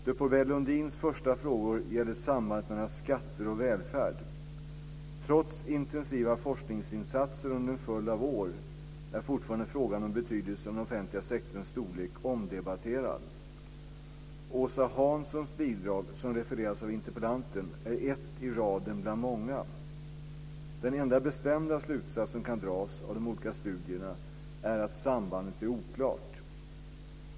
De Pourbaix-Lundins första frågor gäller sambandet mellan skatter och välfärd. Trots intensiva forskningsinsatser under en följd av år är fortfarande frågan om betydelsen av den offentliga sektorns storlek omdebatterad. Åsa Hanssons bidrag, som refereras av interpellanten, är ett i raden av många. Den enda bestämda slutsats som kan dras av de olika studierna är att sambandet är oklart.